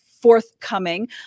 forthcoming